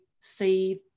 see